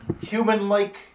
human-like